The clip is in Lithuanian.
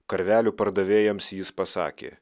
karvelių pardavėjams jis pasakė